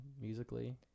musically